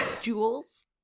jewels